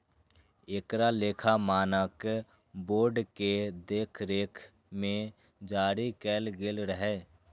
एकरा लेखा मानक बोर्ड के देखरेख मे जारी कैल गेल रहै